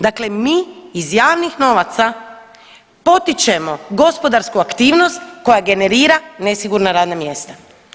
Dakle, mi iz javnih novaca potičemo gospodarsku aktivnost koja generira nesigurna radna mjesta.